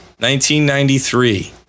1993